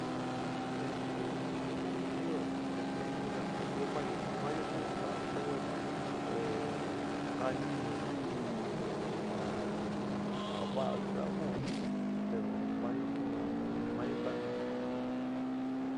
ku kunchúkuyo depende nasa ɨó mayo mayo ku ja sa'ayo ehh kani ɨnió te nu anu ja va'a xi ja u'u ku pero mayo ku ja ini mayo kaána.